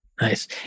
nice